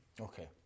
Okay